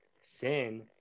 sin